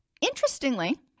Interestingly